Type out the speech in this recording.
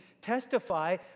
testify